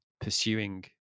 pursuing